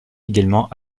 également